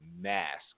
mask